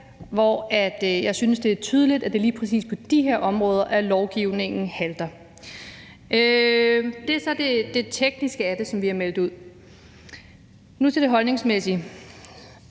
hvor jeg synes, det er tydeligt, at det lige præcis er på de her områder, at lovgivningen halter. Det er så det tekniske af det, som vi har meldt ud. Nu vil jeg gå til det holdningsmæssige.